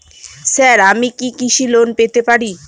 Sir আমি কি কৃষি লোন পেতে পারি?